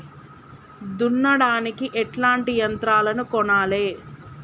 దున్నడానికి ఎట్లాంటి యంత్రాలను కొనాలే?